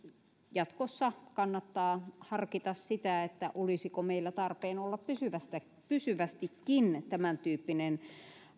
jatkossa kannattaa harkita olisiko meillä tarpeen olla pysyvästikin tämäntyyppinen